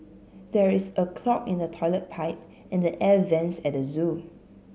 there is a clog in the toilet pipe and the air vents at the zoo